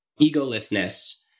egolessness